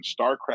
Starcraft